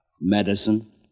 medicine